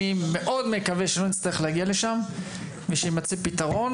אני מאוד מקווה שלא נצטרך להגיע לשם ושיימצא פתרון